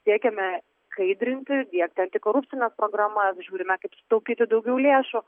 siekiame skaidrinti diegti antikorupcines programas žiūrime kaip sutaupyti daugiau lėšų